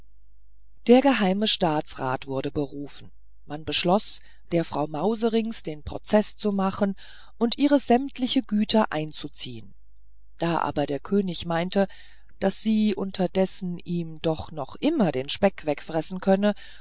der geheime staatsrat wurde berufen man beschloß der frau mauserinks den prozeß zu machen und ihre sämtliche güter einzuziehen da aber der könig meinte daß sie unterdessen ihm doch noch immer den speck wegfressen könnte